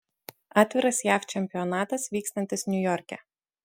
atviras jav čempionatas vykstantis niujorke